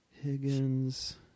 Higgins